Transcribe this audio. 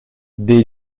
des